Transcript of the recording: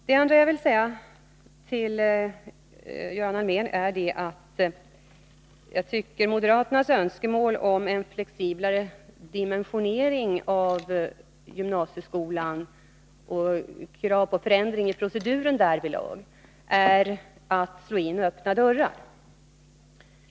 Det andra jag vill säga till Göran Allmér är att moderaterna när de framför önskemål om en flexiblare dimensionering av gymnasieskolan och krav på förändring i proceduren därvidlag slår in öppna dörrar.